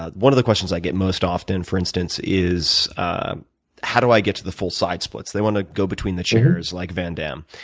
one of the questions i get most often, for instance, is how do i get to the full side splits? they want to go between the chairs like van dam.